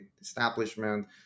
establishment